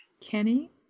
Kenny